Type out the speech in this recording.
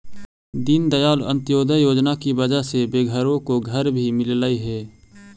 दीनदयाल अंत्योदय योजना की वजह से बेघरों को घर भी मिललई हे